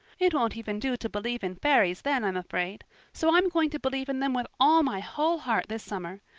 it won't even do to believe in fairies then, i'm afraid so i'm going to believe in them with all my whole heart this summer.